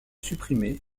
supprimée